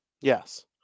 Yes